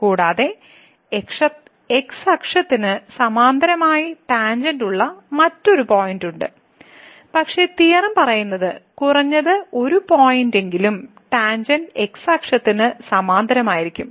കൂടാതെ x അക്ഷത്തിന് സമാന്തരമായി ടാൻജെന്റ് ഉള്ള മറ്റൊരു പോയിന്റുണ്ട് പക്ഷേ തിയറം പറയുന്നത് കുറഞ്ഞത് ഒരു പോയിന്റെങ്കിലും ടാൻജെന്റ് x അക്ഷത്തിന് സമാന്തരമായിരിക്കും